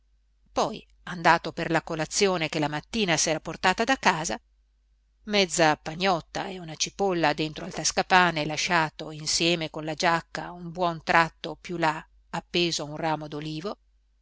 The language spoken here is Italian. poi andato per la colazione che la mattina s'era portata da casa mezza pagnotta e un cipolla dentro al tascapane lasciato insieme con la giacca un buon tratto più là appeso a un ramo